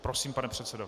Prosím, pane předsedo.